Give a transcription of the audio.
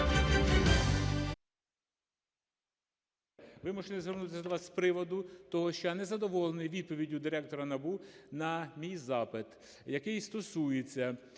Вимушений звернутися до вас з приводу того, що я не задоволений відповіддю директора НАБУ на мій запит, який стосується